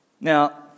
Now